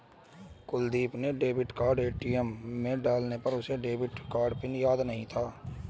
कुलदीप ने debit card ATM में डाला पर उसे डेबिट कार्ड पिन याद नहीं था